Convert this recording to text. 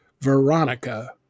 veronica